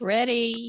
Ready